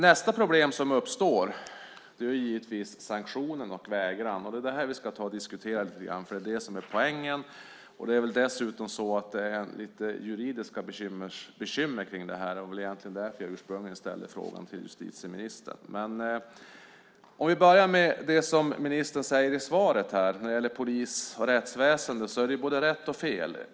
Nästa problem som uppstår är givetvis sanktionen och vägran. Det ska vi diskutera lite grann, eftersom det är poängen. Det är dessutom lite juridiska bekymmer kring detta. Det var egentligen därför jag ursprungligen ställde frågan till justitieministern. Vi börjar med det som ministern säger i svaret om polis och rättsväsendet. Det är både rätt och fel.